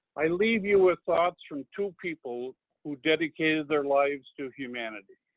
i leave you with thoughts from two people who dedicated their lives to humanity.